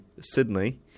Sydney